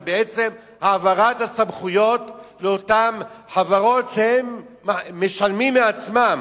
זה בעצם העברת הסמכויות לאותן חברות שהן משלמות מעצמן.